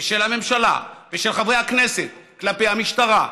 של הממשלה ושל חברי הכנסת כלפי המשטרה,